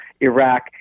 Iraq